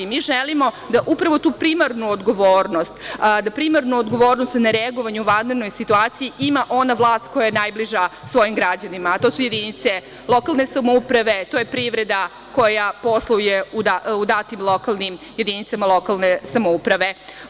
Mi želimo da upravo tu primarnu odgovornost na nereagovanje u vanrednoj situaciji ima ona vlast koja je najbliža svojim građanima, a to su jedinice lokalne samouprave, to je privreda koja posluje u datim jedinicama lokalne samouprave.